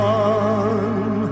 one